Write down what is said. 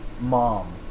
mom